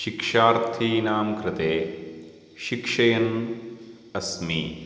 शिक्षार्थीनां कृते शिक्षयन् अस्मि